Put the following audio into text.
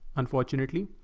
unfortunately,